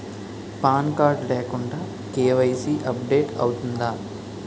Pan card లేకుండా KYC update అవుతుందా?